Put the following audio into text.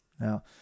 Now